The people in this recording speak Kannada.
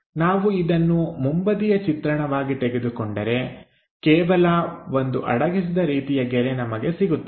ನಾವು ಇದನ್ನು ಮುಂಬದಿಯ ಚಿತ್ರಣವಾಗಿ ತೆಗೆದುಕೊಂಡರೆ ಕೇವಲ ಒಂದು ಅಡಗಿಸಿದ ರೀತಿಯ ಗೆರೆ ನಮಗೆ ಸಿಗುತ್ತದೆ